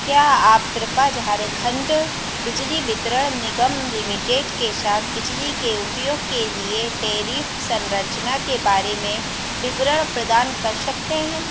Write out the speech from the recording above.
क्या आप कृपया झारखण्ड बिजली वितरण निगम लिमिटेड के साथ बिजली के उपयोग के लिए टैरिफ़ सँरचना के बारे में विवरण प्रदान कर सकते हैं